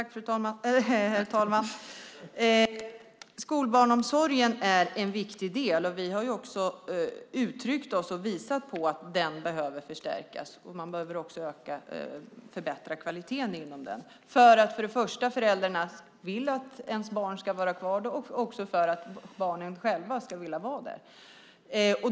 Herr talman! Skolbarnomsorgen är en viktig del. Vi har också både uttryckt och visat på att den behöver förstärkas. Kvaliteten inom den behöver också förbättras för att föräldrarna ska vilja att deras barn ska vara kvar där och för att barnen själva ska vilja vara där.